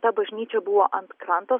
ta bažnyčia buvo ant kranto